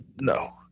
No